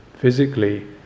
physically